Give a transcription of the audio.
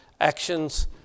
actions